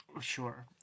Sure